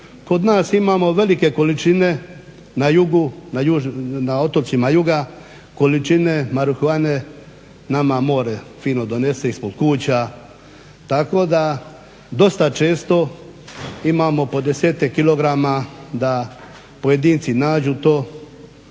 kod nas imamo velike količine na jugu, na otocima juga, količine marihuane, nama more donese ispod kuća. Tako da dosta često imamo po 10 kilograma da pojedinci nađu to